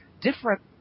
different